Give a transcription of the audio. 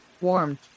Warm